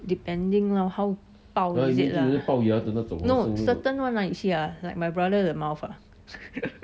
depending lor how 龅 is it lah no certain [one] ah you see ah like my brother the mouth ah